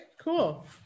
cool